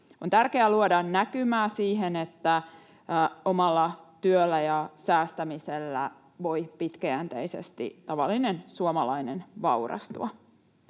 On tärkeää luoda näkymää siihen, että omalla työllä ja säästämisellä voi pitkäjänteisesti tavallinen suomalainen vaurastua.